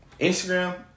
Instagram